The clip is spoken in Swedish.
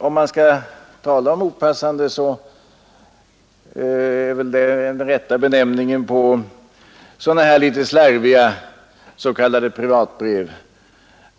Om man skall tala om något opassande, så är väl det den rätta benämningen på sådana här litet slarviga s.k. privatbrev